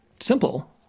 Simple